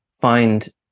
find